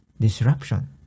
disruption